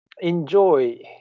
enjoy